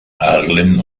erlen